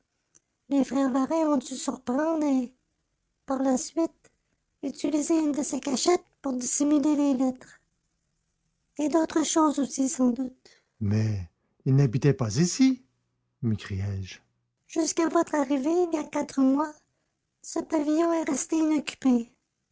les frères varin ont dû surprendre et par la suite utiliser une de ces cachettes pour dissimuler les lettres et d'autres choses aussi sans doute mais ils n'habitaient pas ici m'écriai-je jusqu'à votre arrivée il y a quatre mois ce pavillon est resté inoccupé